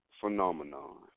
phenomenon